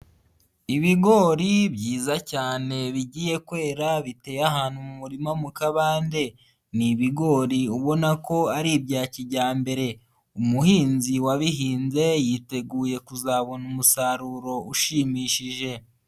Ibigori byiza cyane bigiye kwera biteye ahantu mu murima mu kabande. Ni ibigori ubona ko ari ibya kijyambere. Umuhinzi wabihinze yiteguye kuzabona umusaruro ushimishije.